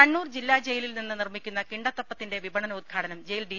കണ്ണൂർ ജില്ലാ ജയിലിൽ നിന്ന് നിർമ്മിക്കുന്ന കിണ്ണത്തപ്പത്തിന്റെ വിപണനോദ്ഘാടനം ജയിൽ ഡി